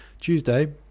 Tuesday